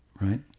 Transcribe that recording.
right